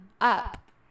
up